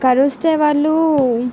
కరుస్తే వాళ్ళు